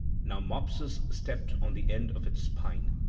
now mopsus stepped on the end of its spine,